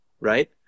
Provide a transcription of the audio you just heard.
right